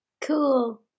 cool